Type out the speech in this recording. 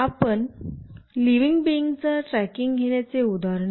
आपण living being चा tracking घेण्याचे उदाहरण घेऊ